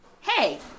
Hey